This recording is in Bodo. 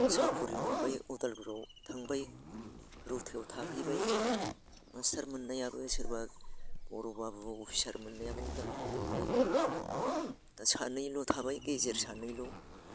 साखि मोनबाय उदालगुरियाव थांबाय रौतायाव थाहैबाय बोसोर मोननैयानो बोसोरबा बर' बाबुआव अफिसार मोननायानो उदालगुरियाव थांबाय दा सानैल' थाबाय गेजेर सानैल'